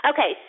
Okay